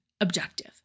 objective